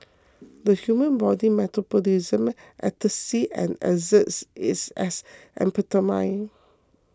the human body metabolises ecstasy and excretes it as amphetamine